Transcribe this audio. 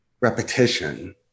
repetition